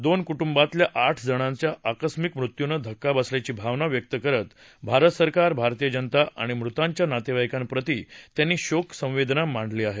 दोन कुटुंबातल्या आठ जणांच्या आकस्मिक मृत्यूनं धक्का बसल्याची भावना व्यक्त करत भारत सरकार भारतीय जनता आणि मृतांच्या नातेवाईकांप्रती त्यांनी शोकसंवेदना मांडली आहे